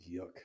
Yuck